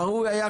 ראוי היה,